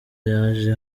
yaje